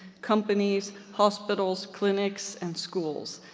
companies, hospitals, clinics, and schools.